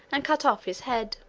and cut off his head.